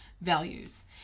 values